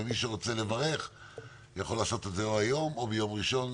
ומי שרוצה לברך יכול לעשות את זה או היום או ביום ראשון.